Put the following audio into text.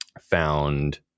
found